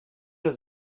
eus